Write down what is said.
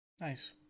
Nice